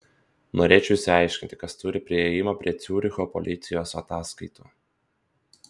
norėčiau išsiaiškinti kas turi priėjimą prie ciuricho policijos ataskaitų